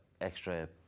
extra